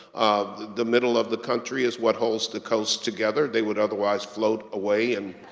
the the middle of the country is what holds the coast together, they would otherwise float away and